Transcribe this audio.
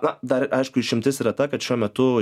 na dar aišku išimtis yra ta kad šiuo metu